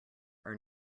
are